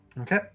Okay